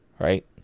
right